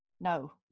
no